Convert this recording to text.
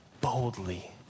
boldly